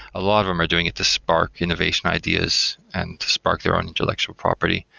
a lot of them are doing it to spark innovation ideas and to spark their own intellectual property.